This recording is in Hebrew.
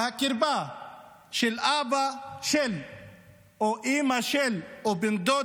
והקרבה של אבא או של אימא או של בן דוד